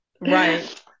Right